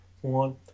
one